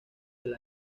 del